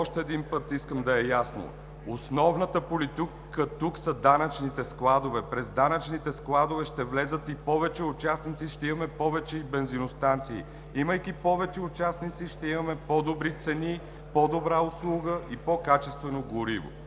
Още един път искам да е ясно: основната политика тук са данъчните складове. През данъчните складове ще влязат и повече участници, ще имаме и повече бензиностанции. Имайки повече участници, ще имаме по-добри цени, по-добра услуга и по качествено гориво.